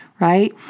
right